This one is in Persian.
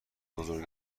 بزرگ